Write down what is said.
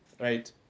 right